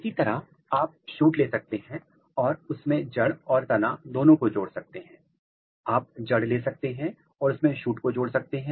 इसी तरह आप सूट ले सकते हैं और उसमें जड़ और तना दोनों को जोड़ सकते हैं आप जड़ ले सकते हैं और उसमें शूट को जोड़ सकते हैं